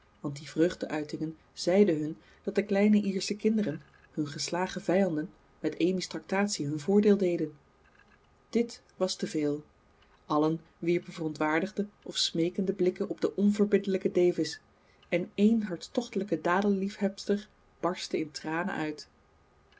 want die vreugdeuitingen zeiden hun dat de kleine iersche kinderen hun geslagen vijanden met amy's tractatie hun voordeel deden dit was te veel allen wierpen verontwaardigde of smeekende blikken op den onverbiddelijken davis en één hartstochtelijke dadelliefhebster barstte in tranen uit